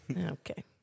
Okay